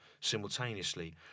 simultaneously